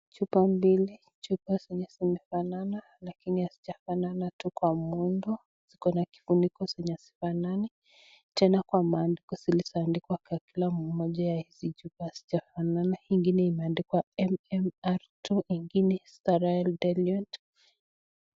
Chupa mbili. Chuba zinazofanana lakini hazijafanana tu kwa muundo, ziko na kifuniko zeny hazifanani, tena kwa maandiko zilizoandikwa kwa kila moja ya hizi chupa hazijafanana, hii ngine imeandikwa M-M-R two ingine sterile diluent.